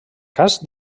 cas